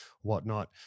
whatnot